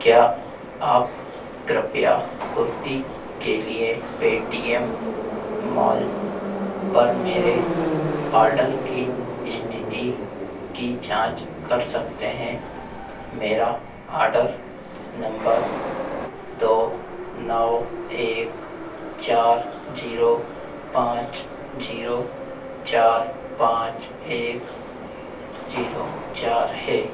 क्या आप कृपया कुर्ति के लिए पेटीएम मॉल पर मेरे ऑर्डर की स्थिति की जाँच कर सकते हैं मेरा ऑर्डर नंबर दो नौ एक चार जीरो पाँच जीरो चार पाँच एक जीरो चार है